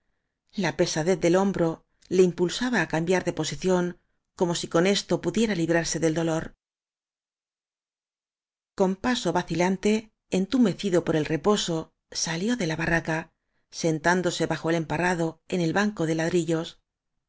inmovilidad la pesadez del hombro le impul saba á cambiar de posición como si con esto pudiera librarse del dolor con paso vacilante entumecido por el re boso salió de la barraca sentándose bajo el emparrado en el banco de ladrillos